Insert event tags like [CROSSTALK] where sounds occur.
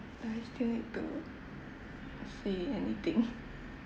do I still need to say anything [BREATH]